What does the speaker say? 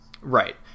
right